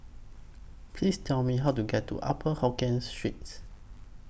Please Tell Me How to get to Upper Hokkien Streets